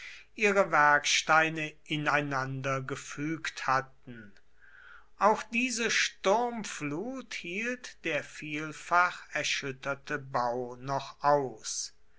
ihre werksteine ineinandergefügt hatten auch diese sturmflut hielt der vielfach erschütterte bau noch aus